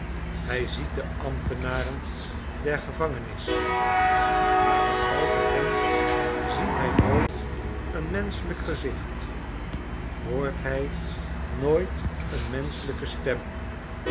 hij ziet de ambtenaren der gevangenis maar behalve hen ziet hij nooit een menschelijk gezicht hoort hij nooit een menschelijke stem